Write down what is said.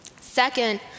Second